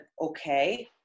okay